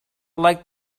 like